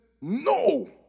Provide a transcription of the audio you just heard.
No